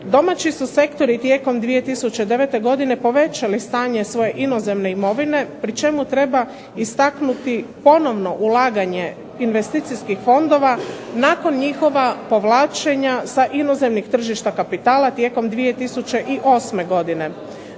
Domaći su sektori tijekom 2009. godine povećali stanje svoje inozemne imovine pri čemu treba istaknuti ponovno ulaganje investicijskih fondova nakon njihova povlačenja sa inozemnih tržišta kapitala tijekom 2008. godine.